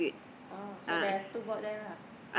oh so there are two board there lah